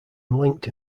linked